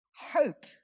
Hope